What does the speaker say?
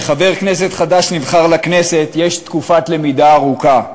כשחבר כנסת חדש נבחר לכנסת, יש תקופת למידה ארוכה,